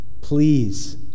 please